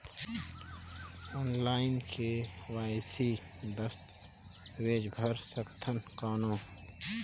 Online KYC दस्तावेज भर सकथन कौन?